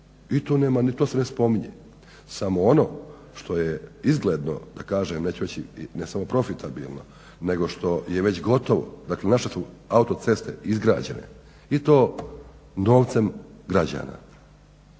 I to nema, to se ne spominje. Samo ono što je izgledno da kažem, neću reći ne samo profitabilno nego što je već gotovo, dakle naše su autoceste izgrađene i to novcem građana.